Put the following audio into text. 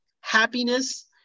happiness